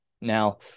Now